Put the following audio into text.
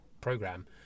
program